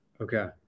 Okay